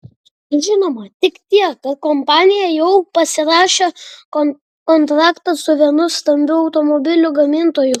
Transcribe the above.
žinoma tik tiek kad kompanija jau pasirašė kontraktą su vienu stambiu automobilių gamintoju